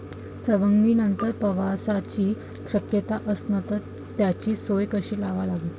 सवंगनीनंतर पावसाची शक्यता असन त त्याची सोय कशी लावा लागन?